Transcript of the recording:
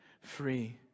free